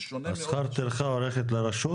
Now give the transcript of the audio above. זה שונה מאוד --- שכר הטרחה הולך לרשות?